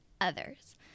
others